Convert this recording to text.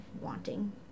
wanting